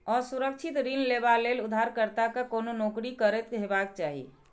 असुरक्षित ऋण लेबा लेल उधारकर्ता कें कोनो नौकरी करैत हेबाक चाही